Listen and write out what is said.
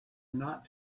not